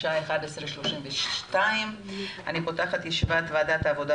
השעה 11:32. אני פותחת את ישיבת ועדת העבודה,